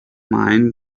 mind